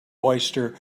oyster